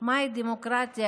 מהי דמוקרטיה,